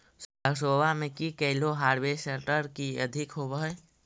सरसोबा मे की कैलो हारबेसटर की अधिक होब है?